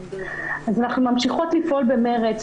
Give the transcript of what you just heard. אנחנו ממשיכות לפעול במרץ,